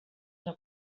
una